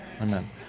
Amen